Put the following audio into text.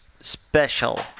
special